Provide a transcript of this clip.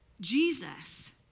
Jesus